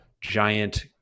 giant